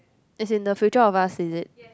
as in the future of us is it